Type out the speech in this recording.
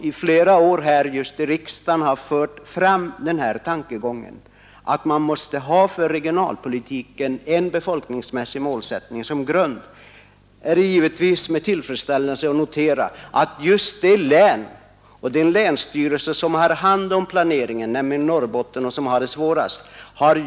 Inlandskommunernas räddning är att vi får en befolkningsmässig målsättning för regionalpolitiken.